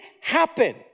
happen